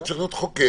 לא צריך להיות חוקר,